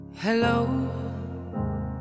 Hello